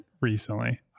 recently